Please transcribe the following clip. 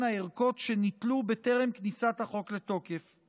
הערכות שניטלו בטרם כניסת החוק לתוקף.